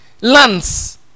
lands